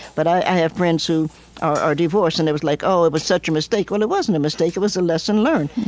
but i have friends who are are divorced, and it was like, oh, it was such a mistake. well, it wasn't a mistake, it was a lesson learned.